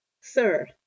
sir